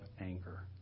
anger